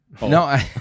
No